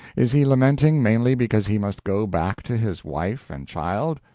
is he lamenting mainly because he must go back to his wife and child?